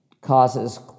causes